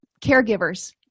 caregivers